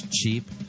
cheap